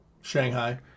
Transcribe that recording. Shanghai